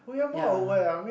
ya